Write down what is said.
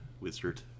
wizard